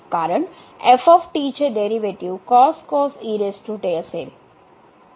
कारण चे डेरीवेटीव असेल